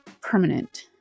permanent